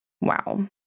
Wow